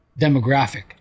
demographic